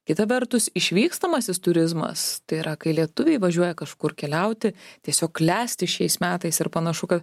kita vertus išvykstamasis turizmas tai yra kai lietuviai važiuoja kažkur keliauti tiesiog klesti šiais metais ir panašu kad